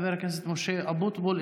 חבר הכנסת משה אבוטבול,